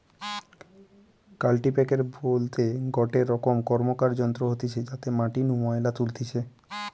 কাল্টিপ্যাকের বলতে গটে রকম র্কমকার যন্ত্র হতিছে যাতে মাটি নু ময়লা তুলতিছে